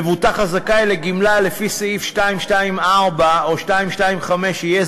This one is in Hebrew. מבוטח הזכאי לגמלה לפי סעיף 224 או 225 יהיה